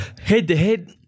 head-to-head